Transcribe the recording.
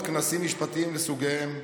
השתתפתי בעשרות כנסים משפטיים לסוגיהם,